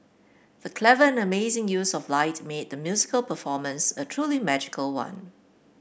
the clever and amazing use of light made the musical performance a truly magical one